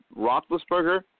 Roethlisberger